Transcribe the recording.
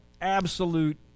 absolute